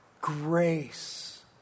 grace